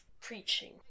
preaching